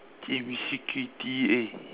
if we security eh